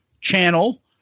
channel